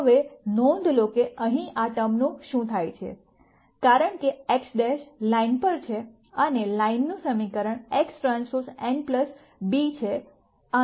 હવે નોંધ લો કે અહીં આ ટર્મનું શું થાય છે કારણ કે X લાઇન પર છે અને લાઇનનું સમીકરણ XT n b છે આને 0 પર જવું પડશે